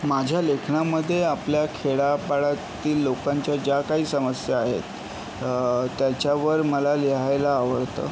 माझ्या लेखनामध्ये आपल्या खेड्यापाड्यातील लोकांच्या ज्या काही समस्या आहेत त्याच्यावर मला लिहायला आवडतं